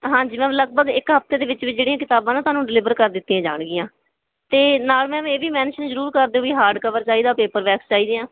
ਹਾਂਜੀ ਮੈਮ ਲਗਭਗ ਇੱਕ ਹਫਤੇ ਦੇ ਵਿੱਚ ਵਿੱਚ ਜਿਹੜੀਆਂ ਕਿਤਾਬਾਂ ਨਾ ਤੁਹਾਨੂੰ ਡਿਲੀਵਰ ਕਰ ਦਿੱਤੀਆਂ ਜਾਣਗੀਆਂ ਅਤੇ ਨਾਲ ਮੈਮ ਇਹ ਵੀ ਮੈਨਸ਼ਨ ਜ਼ਰੂਰ ਕਰ ਦਿਓ ਵੀ ਹਾਰਡ ਕਵਰ ਚਾਹੀਦਾ ਪੇਪਰ ਵੈਕਸ ਚਾਹੀਦੀਆਂ